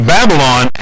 Babylon